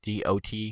dot